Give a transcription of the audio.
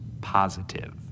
Positive